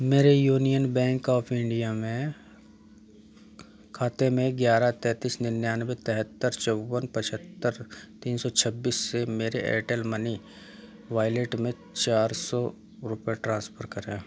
मेरे union bank of India खाते में ग्यारह तैंतीस निन्यानवे तिहत्तर चौवन पचहत्तर तीन सौ छब्बीस से मेरे एयरटेल मनी वॉलेट में चार सौ रुपये ट्रांसफर करें